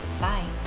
Bye